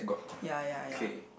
ya ya ya